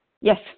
Yes